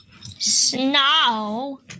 Snow